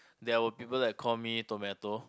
there are will people like called me tomato